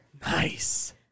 Nice